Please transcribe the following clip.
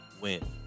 win